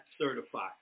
certified